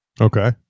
Okay